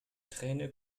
träne